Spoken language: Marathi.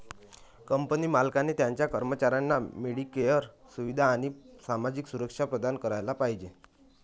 कंपनी मालकाने त्याच्या कर्मचाऱ्यांना मेडिकेअर सुविधा आणि सामाजिक सुरक्षा प्रदान करायला पाहिजे